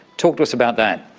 talk to us about that.